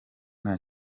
nta